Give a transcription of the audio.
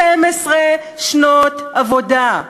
12 שנות עבודה,